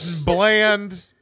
Bland